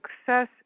success